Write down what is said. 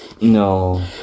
No